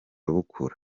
bukura